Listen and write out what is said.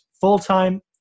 full-time